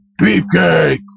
Beefcake